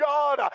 God